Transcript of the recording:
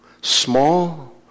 small